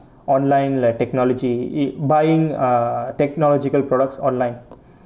online like technology it buying ah technological products online